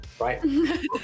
right